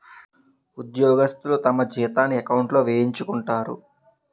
ఉద్యోగస్తులు తమ జీతాన్ని ఎకౌంట్లో వేయించుకుంటారు